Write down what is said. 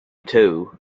too